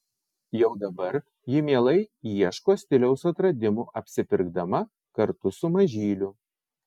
jau dabar ji mielai ieško stiliaus atradimų apsipirkdama kartu su mažyliu